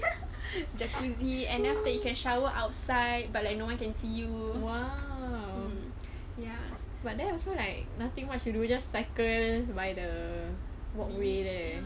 jacuzzi and then after that you can shower outside but like no one can see you mm ya but then I also like nothing much you do just cycle by the walkway there